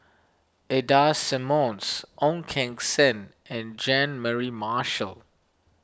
Ida Simmons Ong Keng Sen and Jean Mary Marshall